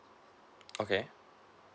okay